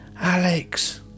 Alex